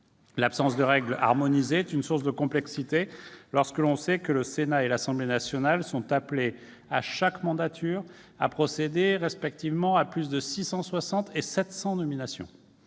L'absence de règles harmonisées est une source de complexité, d'autant que le Sénat et l'Assemblée nationale sont appelés, lors de chaque mandature, à procéder respectivement à plus de 660 et près de 700 nominations.